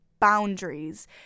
boundaries